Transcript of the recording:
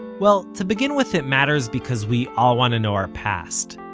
well, to begin with it matters because we all want to know our past.